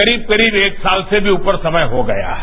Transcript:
करीब करीब एक साल से भी अधिक समय हो गया है